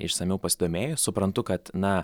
išsamiau pasidomėjus suprantu kad na